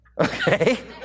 Okay